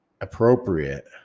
appropriate